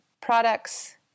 products